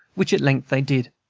which at length they did.